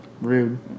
Rude